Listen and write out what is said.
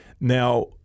Now